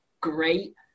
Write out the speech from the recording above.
great